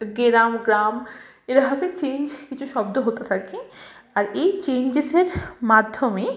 গেরাম গ্রাম এভাবে চেঞ্জ কিছু শব্দ হতে থাকে আর এই চেঞ্জের মাধ্যমে